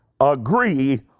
agree